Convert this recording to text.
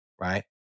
right